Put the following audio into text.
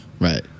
right